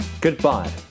Goodbye